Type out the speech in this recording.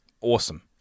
awesome